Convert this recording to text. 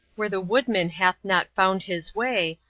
where the woodman hath not found his way,